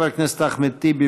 חבר הכנסת אחמד טיבי,